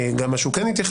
וגם למה שהוא כן יתייחס,